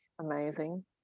amazing